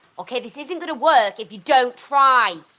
ok, this isn't gonna work if you don't try.